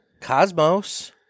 Cosmos